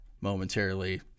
momentarily